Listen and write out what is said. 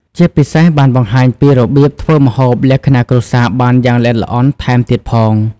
ជាពិសេសបានបង្ហាញពីរបៀបធ្វើម្ហូបលក្ខណៈគ្រួសារបានយ៉ាងល្អិតល្អន់ថែមទៀតផង។